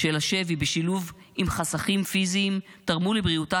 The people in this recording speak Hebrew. של השבי בשילוב עם חסכים פיזיים תרמו לבריאותה